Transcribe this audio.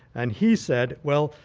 and he said, well,